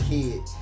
Kid